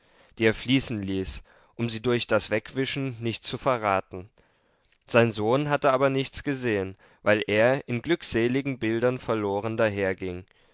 die er fließen ließ um sie durch das wegwischen nicht zu verraten sein sohn hatte aber nichts gesehen weil er in glückseligen bildern verloren